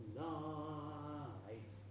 light